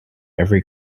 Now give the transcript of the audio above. every